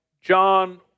John